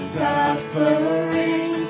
suffering